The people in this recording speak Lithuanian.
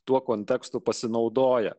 tuo kontekstu pasinaudoja